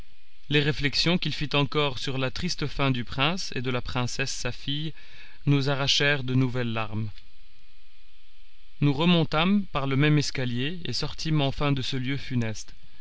les réflexions qu'il fit encore sur la triste fin du prince et de la princesse sa fille nous arrachèrent de nouvelles larmes nous remontâmes par le même escalier et sortîmes enfin de ce lieu funeste